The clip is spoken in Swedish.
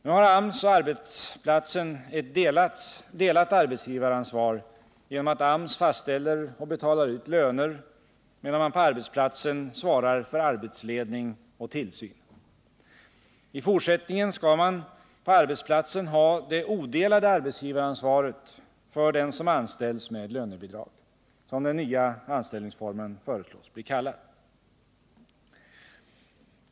Nu har AMS och arbetsplatsen ett delat arbetsgivaransvar genom att AMS fastställer och betalar ut löner, medan man på arbetsplatsen svarar för arbetsledning och tillsyn. I fortsättningen skall man på arbetsplatsen ha det odelade arbetsgivaransvaret för den som har anställning med lönebidrag, som den nya anställningsformen föreslås bli kallad.